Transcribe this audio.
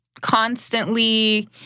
constantly